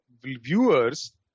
viewers